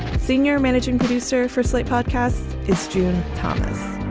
senior managing producer for slate podcast is june thomas,